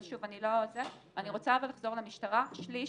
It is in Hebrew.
אבל אני רוצה לחזור למשטרה כאמור,